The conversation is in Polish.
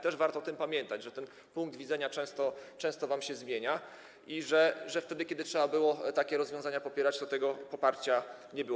Też warto o tym pamiętać, że ten punkt widzenia często wam się zmienia i że wtedy kiedy trzeba było takie rozwiązania popierać, to tego poparcia nie było.